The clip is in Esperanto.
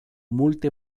multe